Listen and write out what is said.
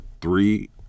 three